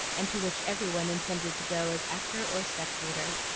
and to which every one intended to go as actor or spectator.